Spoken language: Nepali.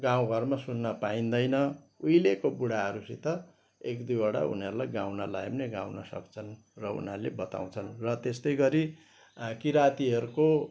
गाउँ घरमा सुन्न पाइँदैन उहिलेको बुढाहरूसित एक दुईवटा उनीहरूलाई गाउन लायो भने गाउन सक्छन् र उनीहरूले बताउँछन् र त्यस्तै गरी किराँतीहरूको